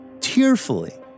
tearfully